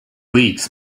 leagues